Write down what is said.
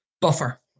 buffer